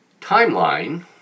timeline